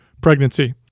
pregnancy